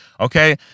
okay